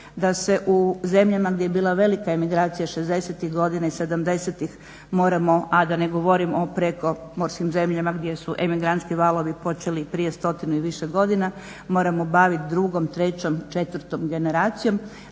da se u zemljama gdje je bila velika emigracija 60-tih godina i 70-tih moramo a da ne govorim o prekomorskim zemljama gdje su emigrantski valovi počeli prije stotinu i više godina moramo baviti drugom, trećom, četvrtom generacijom